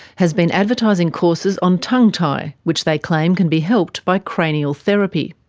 has been advertising courses on tongue tie, which they claim can be helped by cranial therapy.